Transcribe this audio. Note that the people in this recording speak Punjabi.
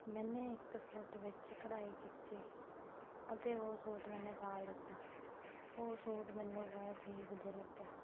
ਮੈਨੇ ਇੱਕ ਸੂਟ ਵਿੱਚ ਕਢਾਈ ਕੀਤੀ ਅਤੇ ਉਹ ਸੂਟ ਮੈਨੇ ਪਾ ਲਿੱਤਾ ਉਹ ਸੂਟ ਮੈਨੂੰ ਬਹੁਤ ਹੀ ਵਧੀਆ ਲੱਗਿਆ